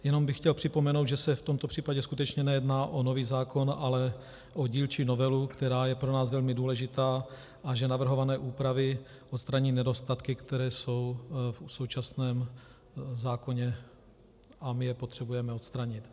Jenom bych chtěl připomenout, že se v tomto případě skutečně nejedná o nový zákon, ale o dílčí novelu, která je pro nás velmi důležitá, a že navrhované úpravy odstraní nedostatky, které jsou v současném zákoně, a my je potřebujeme odstranit.